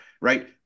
Right